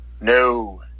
No